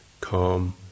calm